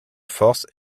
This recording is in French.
force